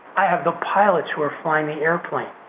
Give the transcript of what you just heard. i have the pilots who are flying the airplane.